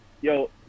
Yo